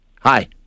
Hi